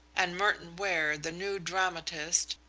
and merton ware, the new dramatist,